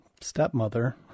stepmother